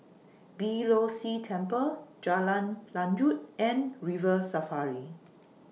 Beeh Low See Temple Jalan Lanjut and River Safari